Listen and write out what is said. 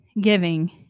giving